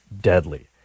deadly